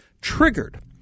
triggered